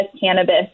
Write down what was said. cannabis